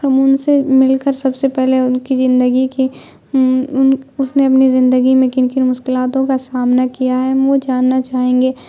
ہم ان سے مل کر سب سے پہلے ان کی زندگی کی اس نے اپنی زندگی میں کن کن مشکلاتوں کا سامنا کیا ہے ہم وہ جاننا چاہیں گے